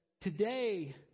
today